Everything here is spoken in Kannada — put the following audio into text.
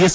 ಎಸ್